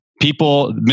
people